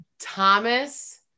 Thomas